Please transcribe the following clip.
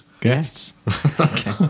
Guests